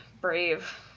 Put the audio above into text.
Brave